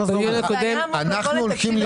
ולדימיר, למה לא עושים את זה?